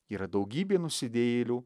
yra daugybė nusidėjėlių